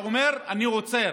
אתה אומר: אני עוצר,